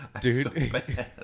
Dude